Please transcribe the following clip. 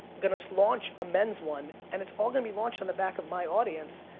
gonna launch a men's one, and it's all gonna be launched on the back of my audience.